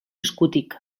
eskutik